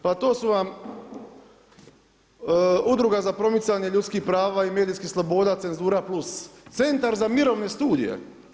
Pa to su vam Udruga za promicanje ljudskih prava i medijskih sloboda Cenzura Plus, Centar za mirovne studije.